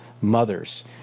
mothers